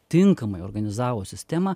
tinkamai organizavus sistemą